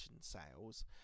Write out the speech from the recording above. sales